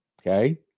Okay